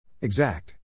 Exact